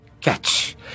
Catch